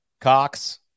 cox